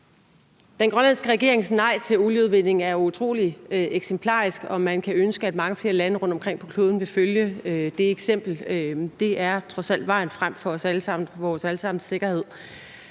Den grønlandske regerings nej til olieudvinding er jo utrolig eksemplarisk, og man kan ønske, at mange flere lande rundtomkring på kloden vil følge det eksempel. Det er trods alt vejen frem for os alle sammen og for